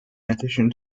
addition